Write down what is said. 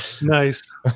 Nice